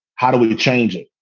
how do we change it?